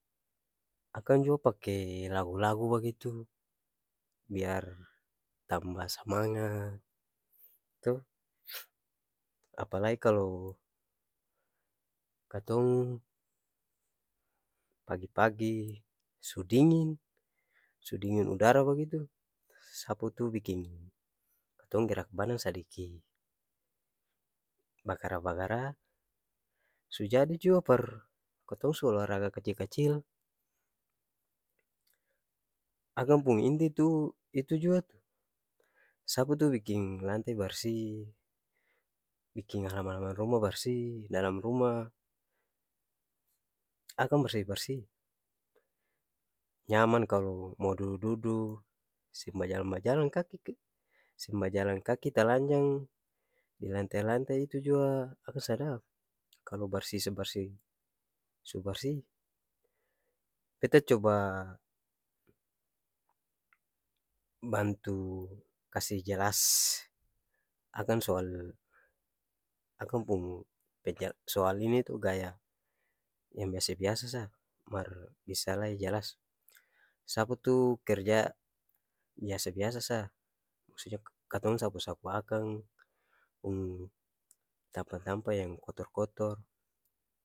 Akang jua pake lagu-lagu bagitu biar tamba samangat to apalai kalo katong pagi-pagi su dinging su dinging udara bagitu sapu tu biking katong gerak badan sadiki bagara-bagara su jadi jua par kotong su olaraga kacil-kacil akang pung inti tu itu jua tu sapu tu biking lante barsi biking halaman-halaman ruma barsi dalam ruma akang barsi-barsi nyaman kalo mo dudu-dudu seng bajalang-bajalang kaki seng bajalang kaki talanjang di lante-lante itu jua akang sadap kalo barsi su barsi su-barsi beta coba bantu kasi jelas akan soal akang pung penje soal ini tu gaya yang biasa-biasa sa mar bisa lai jelas sapu tu kerja biasa-biasa sa maksutnya katong sapu-sapu akang pung tampa-tampa yang kotor-kotor.